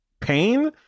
pain